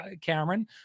Cameron